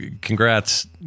congrats